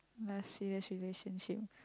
last year's relationship